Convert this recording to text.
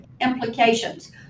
implications